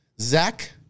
Zach